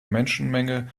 menschenmenge